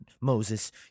Moses